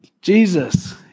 Jesus